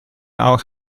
auch